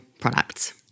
products